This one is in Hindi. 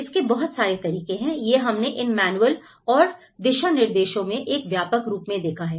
इसके बहुत सारे तरीके हैं यह हमने इन मैनुअल और दिशानिर्देशों में एक व्यापक रूप में देखा है